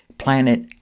planet